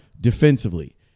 defensively